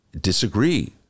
Disagree